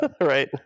Right